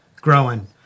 growing